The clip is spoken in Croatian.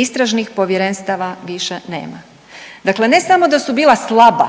Istražnih povjerenstava više nema. Dakle ne samo da su bila slaba